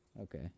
Okay